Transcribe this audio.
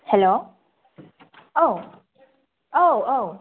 हेल' औ औ औ